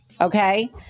Okay